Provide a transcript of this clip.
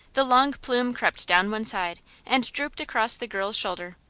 the long plume crept down one side and drooped across the girl's shoulder.